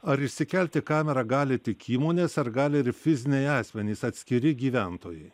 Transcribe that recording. ar išsikelti kamerą gali tik įmonės ar gali ir fiziniai asmenys atskiri gyventojai